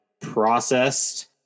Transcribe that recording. processed